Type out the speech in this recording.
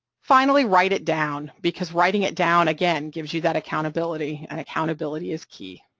finally, write it down, because writing it down, again, gives you that accountability and accountability is key.